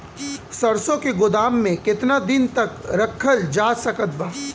सरसों के गोदाम में केतना दिन तक रखल जा सकत बा?